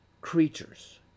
creatures